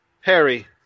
Harry